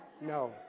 no